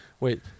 Wait